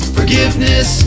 Forgiveness